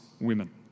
women